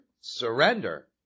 surrender